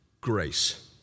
grace